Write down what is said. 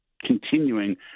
continuing